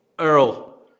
Earl